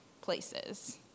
places